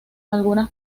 algunas